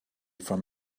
from